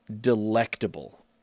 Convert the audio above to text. Delectable